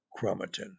chromatin